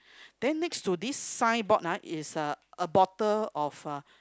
then next to this sign board ah is a a bottle of a